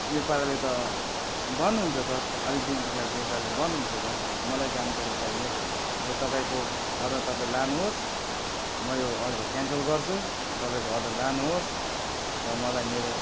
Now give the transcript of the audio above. यो पाराले त बन्द हुन्छ त अलिक दिन पछाडि यो पाराले बन्द हुन्छ त मलाई जानकारी चाहियो यो तपाईँको अर्डर तपाईँ लानुहोस् म यो अर्डर क्यान्सल गर्छु तपाईँको अर्डर लानुहोस् र मलाई मेरो